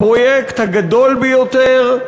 הפרויקט הגדול ביותר,